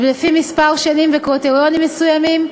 לפי מספר שנים וקריטריונים מסוימים,